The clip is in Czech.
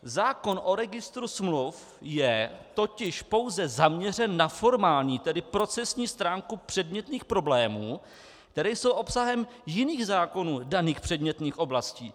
Zákon o registru smluv je totiž pouze zaměřen na formální, tedy procesní stránku předmětných problémů, které jsou obsahem jiných zákonů daných předmětných oblastí.